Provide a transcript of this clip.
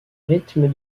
rythme